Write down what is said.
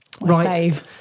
right